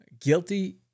guilty